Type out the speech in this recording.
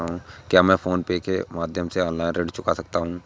क्या मैं PhonePe के माध्यम से ऑनलाइन ऋण चुका सकता हूँ?